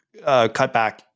cutback